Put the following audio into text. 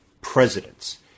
presidents